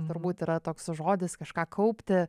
turbūt yra toks žodis kažką kaupti